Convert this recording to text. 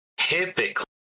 Typically